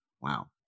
Wow